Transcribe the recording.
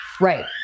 Right